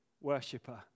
worshiper